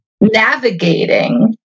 navigating